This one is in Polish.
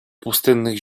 pustynnych